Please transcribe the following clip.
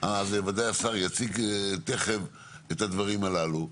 וודאי השר יציג תכף את הדברים הללו,